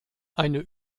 eine